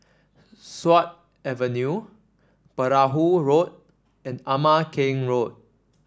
Sut Avenue Perahu Road and Ama Keng Road